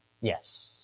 Yes